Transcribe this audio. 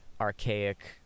archaic